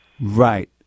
Right